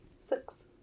Six